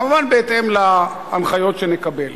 כמובן בהתאם להנחיות שנקבל.